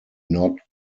not